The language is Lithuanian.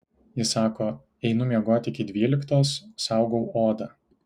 ji sako einu miegoti iki dvyliktos saugau odą